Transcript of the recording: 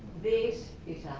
this is